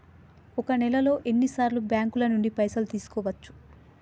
ఒక నెలలో ఎన్ని సార్లు బ్యాంకుల నుండి పైసలు తీసుకోవచ్చు?